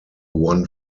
one